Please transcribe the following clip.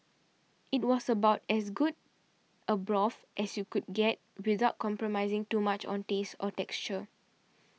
it was about as good a broth as you could get without compromising too much on taste or texture